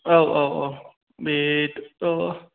औ औ औ बे औ औ